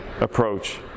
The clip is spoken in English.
approach